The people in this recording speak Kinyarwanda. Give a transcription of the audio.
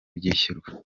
bishyurwa